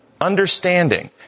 understanding